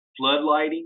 floodlighting